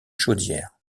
chaudière